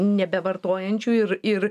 nebevartojančiu ir ir